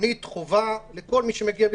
מלונית חובה לכל מי שמגיע?